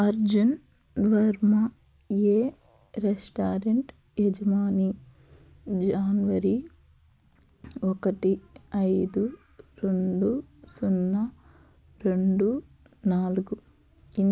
అర్జున్ వర్మ ఏ రెస్టారెంట్ యజమాని జనవరి ఒకటి ఐదు రెండు సున్నా రెండు నాలుగు